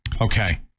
Okay